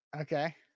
Okay